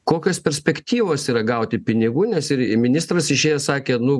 kokios perspektyvos yra gauti pinigų nes ir ministras išėjęs sakė nu